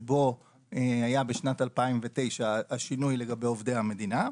שבו היה בשנת 2009 השינוי לגבי עובדי המדינה,